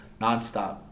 nonstop